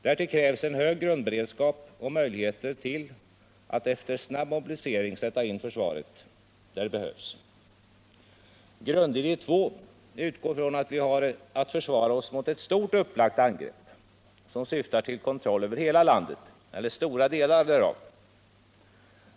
Därtill krävs en hög grundberedskap och möjligheter att efter snabb mobilisering sätta in försvaret där det behövs. Grundidé 2 utgår från att vi har att försvara oss mot ett stort upplagt angrepp, som syftar till kontroll över hela landet eller stora delar därav.